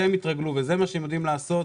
שלזה הם התרגלו וזה מה שהם יודעים לעשות,